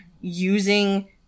using